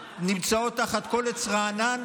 שנמצאות תחת כל עץ רענן,